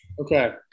Okay